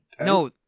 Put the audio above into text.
No